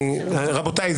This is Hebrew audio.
רבותי,